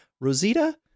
Rosita